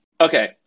Okay